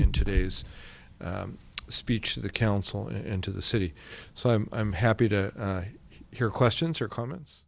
in today's speech to the council into the city so i'm i'm happy to hear questions or comments